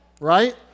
right